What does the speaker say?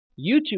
YouTube